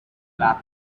left